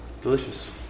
Delicious